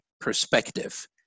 perspective